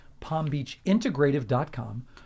palmbeachintegrative.com